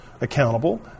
accountable